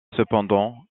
cependant